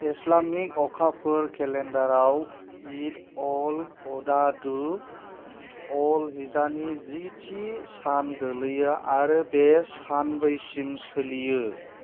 Islamic अखाफोर केलेन्डारआव ईद अल अधा धू अल हिज्जानि जि थि सान गोग्लैयो आरो बे सानब्रैसिम सोलियो